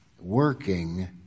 working